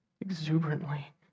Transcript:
exuberantly